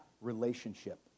relationship